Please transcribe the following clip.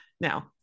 Now